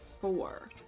four